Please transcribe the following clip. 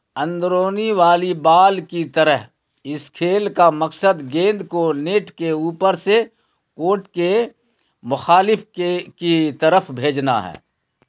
اندرونی volleyball کی طرح اس کھیل کا مقصد گیند کو نیٹ کے اوپر سے کوٹ کے مخالف کے کی طرف بھیجھنا ہے